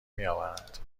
میآورند